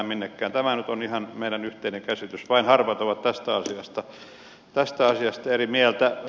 tämä nyt on ihan meidän yhteinen käsitys vain harvat ovat tästä asiasta eri mieltä